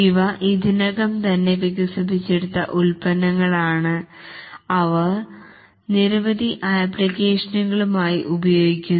ഇവ ഇതിനകം തന്നെ വികസിപ്പിച്ചെടുത്ത ഉൽപ്പന്നങ്ങളാണ് അവർ നിരവധി ആപ്ലിക്കേഷനുകൾ ആയി ഉപയോഗിക്കുന്നു